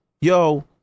yo